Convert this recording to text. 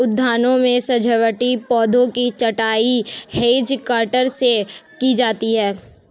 उद्यानों में सजावटी पौधों की छँटाई हैज कटर से की जाती है